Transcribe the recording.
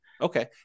Okay